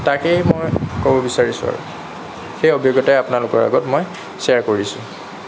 তাকেই মই ক'ব বিচাৰিছোঁ আৰু সেই অভিজ্ঞতাই আপোনালোকৰ আগত মই শ্বেয়াৰ কৰিছোঁ